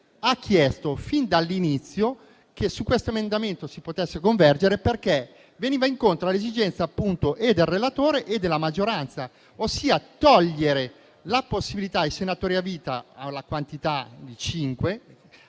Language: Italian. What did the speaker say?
ha chiesto fin dall'inizio che su questo emendamento si potesse convergere perché veniva incontro alle esigenze del relatore e della maggioranza, ossia togliere la possibilità ai senatori a vita, in numero di